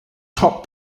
top